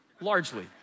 largely